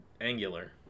angular